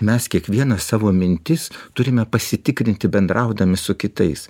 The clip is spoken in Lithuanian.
mes kiekvienas savo mintis turime pasitikrinti bendraudami su kitais